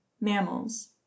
mammals